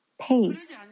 pace